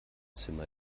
zimmer